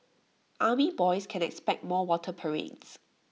army boys can expect more water parades